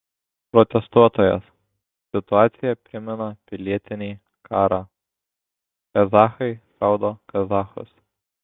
protestuotojas situacija primena pilietinį karą kazachai šaudo kazachus